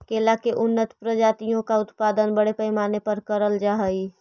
केला की उन्नत प्रजातियों का उत्पादन बड़े पैमाने पर करल जा हई